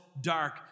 dark